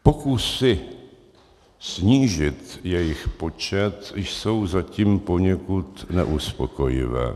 Pokusy snížit jejich počet jsou zatím poněkud neuspokojivé.